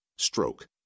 Stroke